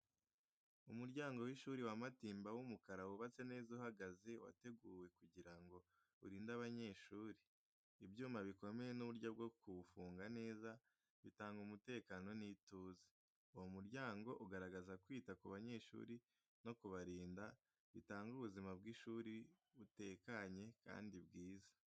Umuryango w’ishuri wa Matimba w’umukara wubatse neza uhagaze, wateguwe kugira ngo urinde abanyeshuri. Ibyuma bikomeye n’uburyo bwo kuwufunga neza bitanga umutekano n’ituze. Uwo muryango ugaragaza kwita ku banyeshuri no kubarinda, bitanga ubuzima bw’ishuri butekanye kandi bwiza.